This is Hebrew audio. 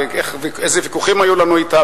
ואיזה ויכוחים היו לנו אתה,